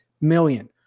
million